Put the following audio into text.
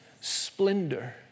splendor